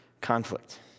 conflict